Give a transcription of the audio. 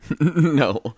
No